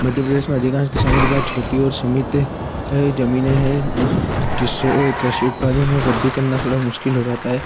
मध्य प्रदेश में अधिकांश किसानों के पास छोटी और सीमित ज़मीने है जिससे कृषि उत्पादन में वृद्धि करना थोड़ा मुश्किल हो जाता है